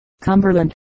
Cumberland